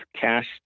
cash